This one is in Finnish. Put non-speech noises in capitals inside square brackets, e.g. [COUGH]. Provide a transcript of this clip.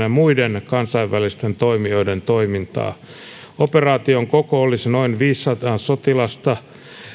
[UNINTELLIGIBLE] ja muiden kansainvälisten toimijoiden toimintaa operaation koko olisi noin viisisataa sotilasta